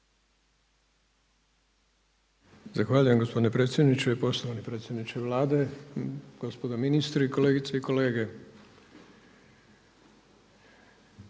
Zahvaljujem gospodine predsjedniče, poštovani predsjedniče Vlade, gospodo ministri, kolegice i kolege.